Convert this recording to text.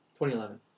2011